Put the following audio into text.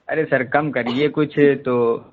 ارے sir کم کریے کچھ تو